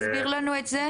הוא יעלה בשבועות הקרובים,